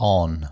on